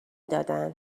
دادن